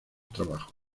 trabajos